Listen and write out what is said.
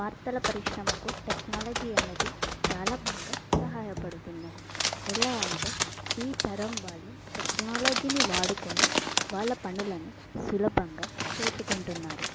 వార్తల పరిశ్రమకు టెక్నాలజీ అనేది చాలా బాగా సహాయపడుతున్నాది ఎలా అంటే ఈ తరం వాళ్ళు టెక్నాలజీని వాడుకుని వాళ్ళ పనులను సులభంగా చేసుకుంటున్నారు